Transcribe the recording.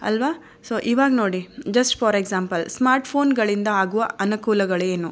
ಅಲ್ಲವಾ ಸೊ ಇವಾಗ ನೋಡಿ ಜಸ್ಟ್ ಫಾರ್ ಎಕ್ಸಾಂಪಲ್ ಸ್ಮಾರ್ಟ್ ಫೋನುಗಳಿಂದ ಆಗುವ ಅನುಕೂಲಗಳೇನು